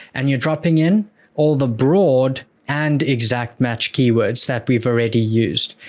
and you're dropping in all the broad and exact match keywords that we've already used.